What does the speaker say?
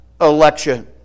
election